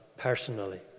personally